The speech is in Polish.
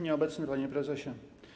Nieobecny Panie Prezesie!